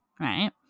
right